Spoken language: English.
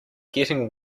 getting